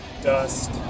Dust